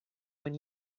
when